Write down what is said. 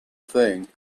thing